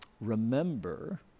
Remember